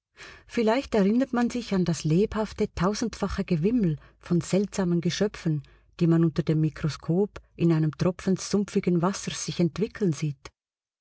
vielleicht erinnert man sich an das lebhafte tausendfache gewimmel von seltsamen geschöpfen die man unter dem mikroskop in einem tropfen sumpfigen wassers sich entwickeln sieht